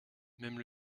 même